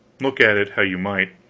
look at it how you might.